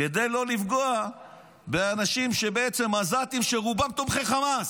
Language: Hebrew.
כדי לא לפגוע באנשים, בעזתים, שרובם תומכי חמאס.